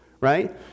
right